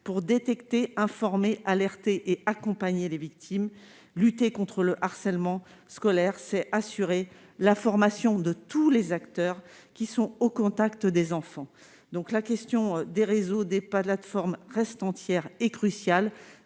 pour détecter, informer, alerter et accompagner les victimes, lutter contre le harcèlement scolaire c'est assurer la formation de tous les acteurs qui sont au contact des enfants, donc la question des réseaux départ la de forme reste entière est cruciale,